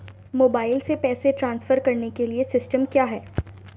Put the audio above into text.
Mobile से पैसे transfer करने के लिए सिस्टम क्या है?